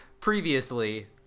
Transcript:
previously